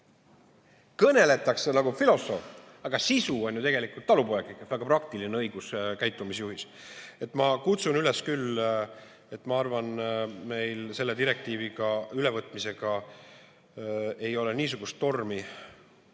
kõneletakse nagu filosoof, aga sisu on ju tegelikult talupoeglik, väga praktiline käitumisjuhis. Ma kutsun üles, kuna ma arvan, et meil selle direktiivi ülevõtmisega ei ole niisugust tormi,